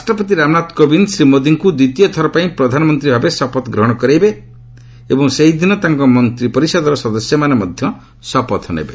ରାଷ୍ଟପତି ରାମନାଥ କୋବିନ୍ଦ ଶ୍ରୀ ମୋଦିଙ୍କ ଦ୍ୱିତୀୟଥର ପାଇଁ ପ୍ରଧାନମନ୍ତ୍ରୀ ଭାବେ ଶପଥ ଗ୍ରହଣ କରାଇବେ ଏବଂ ସେହିଦିନ ତାଙ୍କ ମନ୍ତ୍ରିପରିଷଦର ସଦସ୍ୟମାନେ ମଧ୍ୟ ଶପଥ ନେବେ